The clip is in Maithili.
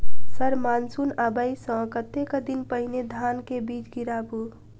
सर मानसून आबै सऽ कतेक दिन पहिने धान केँ बीज गिराबू?